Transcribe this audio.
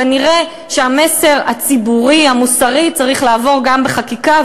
כנראה המסר הציבורי המוסרי צריך לעבור גם בחקיקה,